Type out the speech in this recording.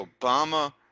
Obama